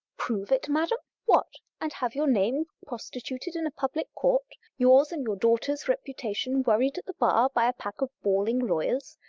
prove it, madam? what, and have your name prostituted in a public court yours and your daughter's reputation worried at the bar by a pack of bawling lawyers?